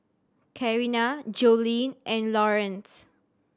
Carina Jolene and Lawrence